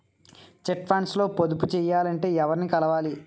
Chit funds లో పొదుపు చేయాలంటే ఎవరిని కలవాలి?